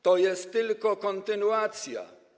To jest tylko kontynuacja.